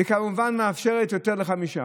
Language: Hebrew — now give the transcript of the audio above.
וכמובן מאפשרת יותר מחמישה.